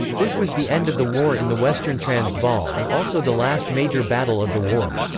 this was the end of the war in the western transvaal and also the last major battle of the war.